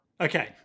Okay